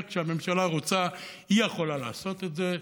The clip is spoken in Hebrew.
כשהממשלה רוצה היא יכולה לעשות את זה.